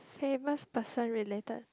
famous person related